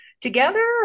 together